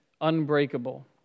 unbreakable